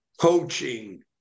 coaching